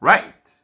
Right